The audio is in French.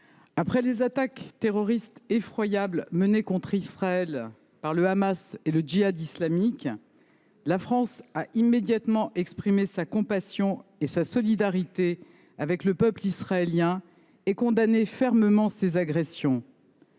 après les attaques terroristes effroyables menées contre Israël par le Hamas et le Djihad islamique, la France a immédiatement exprimé sa compassion et sa solidarité au peuple israélien, en condamnant fermement ces agressions.